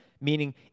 Meaning